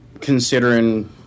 considering